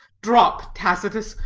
drop tacitus.